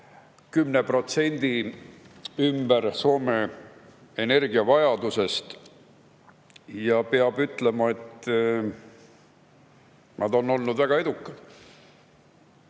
10% Soome energiavajadusest. Peab ütlema, et nad on olnud väga edukad.